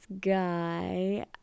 guy